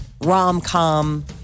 rom-com